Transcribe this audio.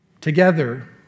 Together